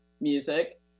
music